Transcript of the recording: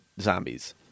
zombies